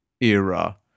era